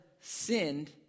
sinned